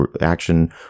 action